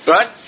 Right